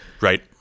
Right